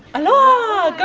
aloha.